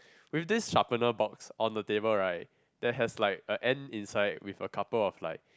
with this sharpener box on the table right there has like a ant inside with a couple of like